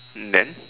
then